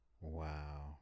Wow